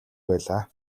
байлаа